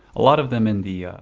a lot of them in the yeah